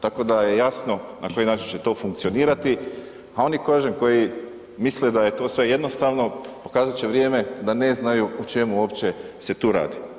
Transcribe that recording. Tako da je jasno na koji način će to funkcionirati, a oni kažem koji misle da je to sve jednostavno pokazat će vrijeme da ne znaju o čemu opće se tu radi.